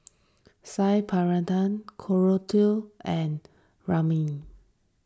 Saag Korokke and Rajma